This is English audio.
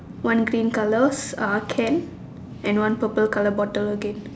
one green colour uh can and one purple colour bottle again